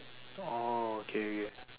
oh okay okay